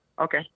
Okay